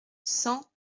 cent